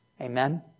Amen